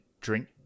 drink